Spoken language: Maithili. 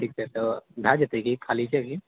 ठीक छै तऽ भए जेतए की ख़ाली छै की